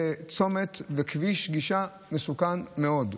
זה צומת וכביש גישה מסוכנים מאוד,